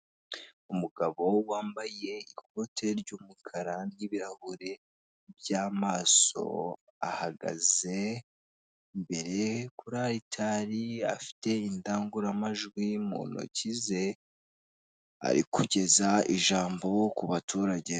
Umugabo wambaye ikote ry'umukara n'ibirahure by'amaso ahagaze imbere kuraritari, afite indangururamajwi mu ntoki ze ari kugeza ijambo ku baturage.